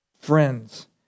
friends